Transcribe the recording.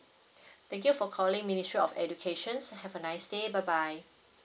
thank you for calling ministry of education have a nice day bye bye